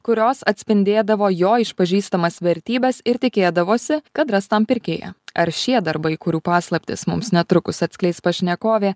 kurios atspindėdavo jo išpažįstamas vertybes ir tikėdavosi kad ras tam pirkėją ar šie darbai kurių paslaptis mums netrukus atskleis pašnekovė